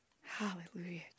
Hallelujah